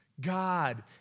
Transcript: God